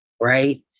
Right